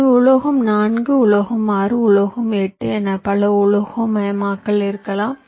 எனவே உலோகம் 4 உலோகம் 6 உலோகம் 8 என பல உலோகமயமாக்கல் இருக்கலாம்